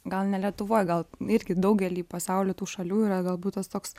gal ne lietuvoj gal irgi daugely pasaulio tų šalių yra galbūt tas toks